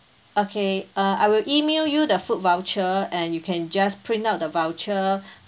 okay uh I will email you the food voucher and you can just print out the voucher